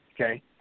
okay